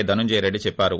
ధనంజయరెడ్డి చెప్పారు